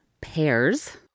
Pears